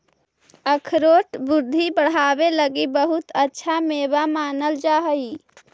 अखरोट बुद्धि बढ़ावे लगी बहुत अच्छा मेवा मानल जा हई